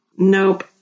nope